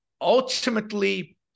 Ultimately